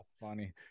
funny